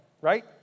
right